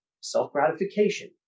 self-gratification